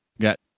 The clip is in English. got